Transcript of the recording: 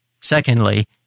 Secondly